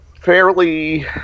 fairly